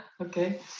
Okay